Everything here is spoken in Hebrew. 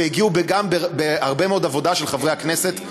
והגיעו גם בהרבה מאוד עבודה של חברי הכנסת,